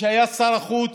כשהיה שר החוץ,